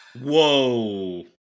Whoa